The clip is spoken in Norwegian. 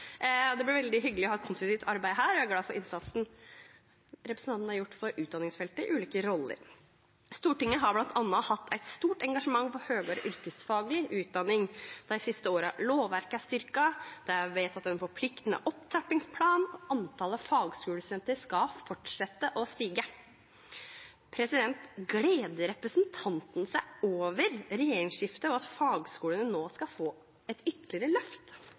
Stortinget. Det blir veldig hyggelig å ha et konstruktivt arbeid her, og jeg er glad for innsatsen representanten har gjort på utdanningsfeltet i ulike roller. Stortinget har bl.a. hatt et stort engasjement for høyere yrkesfaglig utdanning de siste årene. Lovverket er styrket, det er vedtatt en forpliktende opptrappingsplan, og antallet fagskolestudenter skal fortsette å stige. Gleder representanten Asheim seg over regjeringsskiftet og at fagskolene nå skal få et ytterligere løft?